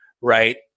right